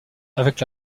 avec